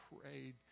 prayed